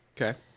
Okay